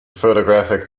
photographic